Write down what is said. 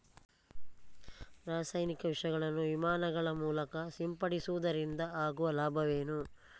ರಾಸಾಯನಿಕ ವಿಷಗಳನ್ನು ವಿಮಾನಗಳ ಮೂಲಕ ಸಿಂಪಡಿಸುವುದರಿಂದ ಆಗುವ ಲಾಭವೇನು?